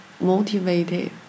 motivated